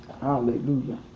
Hallelujah